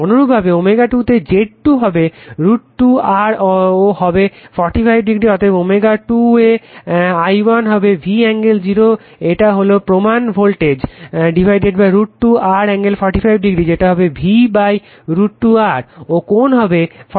অনুরূপভাবে ω2 এ Z 2 হবে √ 2 R ও হবে 45° অতএব ω 1 এ I 1 হবে V∠0 এটা হলো প্রমান ভোল্টেজ √ 2 R∠ 45° যেটা হবে V√ 2 R ও কোণ হবে 45°